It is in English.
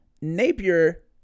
Napier